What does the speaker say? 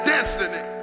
Destiny